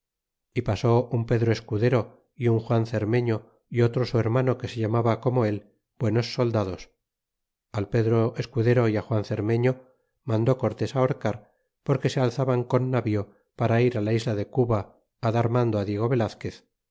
y pasó un pedro escudero y un juan cermefío y otro su hermano que se llamaba como el buenos soldados al pedro escudero y juan cermetio mandó cortés ahorcar porque se alzaban con navío para ir la isla de cuba dar mando diego velazquez